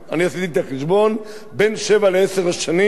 אני עשיתי את החשבון: בין שבע לעשר שנים,